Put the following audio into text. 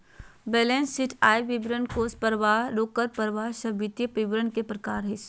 balance sheet, आय विवरण, कोष परवाह, रोकड़ परवाह सब वित्तीय विवरण के प्रकार हय